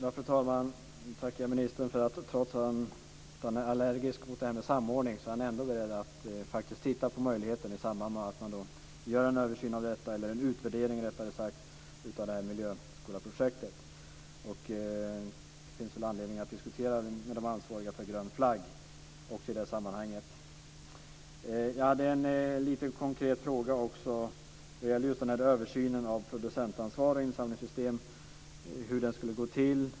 Fru talman! Jag tackar ministern för att han, trots att han är allergisk mot samordning, är beredd att se över möjligheten i samband med att man gör en översyn, eller rättare sagt en utvärdering, av Miljöskolaprojektet. Det finns väl anledning att också diskutera med de ansvariga för Grön Flagg-projektet i det sammanhanget. Jag har också en konkret fråga som gäller översynen av producentansvar och insamlingssystem. Hur ska den gå till?